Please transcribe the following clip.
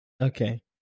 Okay